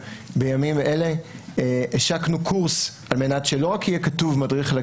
בימים אלה אנחנו השקנו קורס על מנת שלא רק יהיה כתוב מדריך לכתיבה,